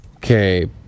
Okay